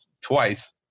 twice